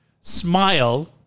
smile